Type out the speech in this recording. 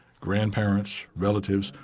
grandparents, relatives,